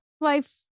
life